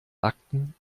akten